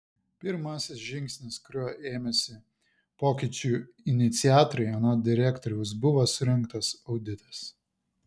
pirmasis žingsnis kurio ėmėsi pokyčių iniciatoriai anot direktoriaus buvo surengtas auditas